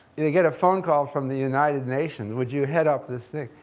you know, you get a phone call from the united nations, would you head up this thing?